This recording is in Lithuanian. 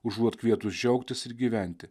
užuot kvietus džiaugtis ir gyventi